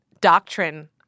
doctrine